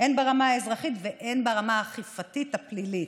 הן ברמה האזרחית והן ברמה האכיפתית הפלילית.